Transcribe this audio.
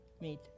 meet